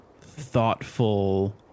thoughtful